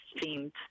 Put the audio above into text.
themed